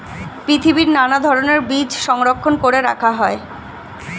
পৃথিবীর নানা ধরণের বীজ সংরক্ষণ করে রাখা হয়